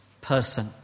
person